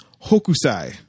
Hokusai